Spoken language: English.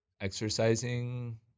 exercising